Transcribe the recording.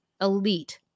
elite